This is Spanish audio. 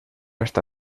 esta